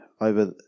over